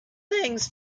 things